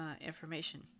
information